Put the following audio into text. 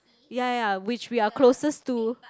ya ya which we are closest to